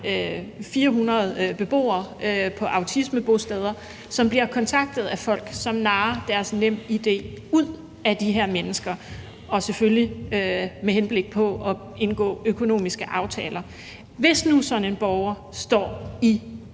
400 beboere på autismebosteder, som bliver kontaktet af folk, som franarer dem deres NemID-oplysninger og selvfølgelig gør det med henblik på at indgå økonomiske aftaler. Hvis nu sådan en borger står i